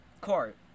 court